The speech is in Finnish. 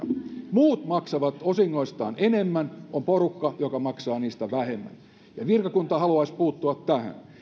muut maksavat osingoistaan enemmän on porukka joka maksaa niistä vähemmän ja virkakunta haluaisi puuttua tähän